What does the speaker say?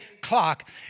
clock